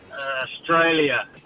Australia